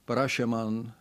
parašė man